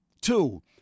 Two